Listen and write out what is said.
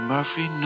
Murphy